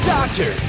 Doctor